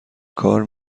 کار